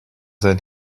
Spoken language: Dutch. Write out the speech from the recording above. zijn